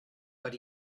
but